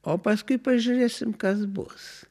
o paskui pažiūrėsim kas bus